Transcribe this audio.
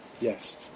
Yes